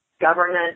Government